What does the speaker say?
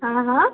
हँ हँ